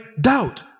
doubt